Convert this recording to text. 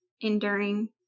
enduring